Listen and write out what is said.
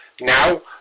Now